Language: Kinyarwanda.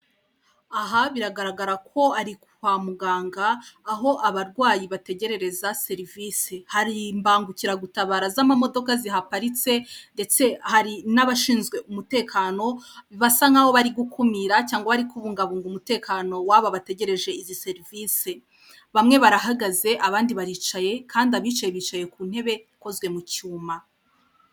Aha biragaragara ko ari kwa muganga, aho abarwayi bategererereza serivisi. Hari imbangukiragutabara z'amamodoka zihaparitse, ndetse hari n'abashinzwe umutekano, basa nk'aho bari gukumira cyangwa bari kubungabunga umutekano w'aba bategereje izi serivise. Bamwe barahagaze, abandi baricaye, kandi abicaye bicaye ku ntebe ikozwe mu cyuma.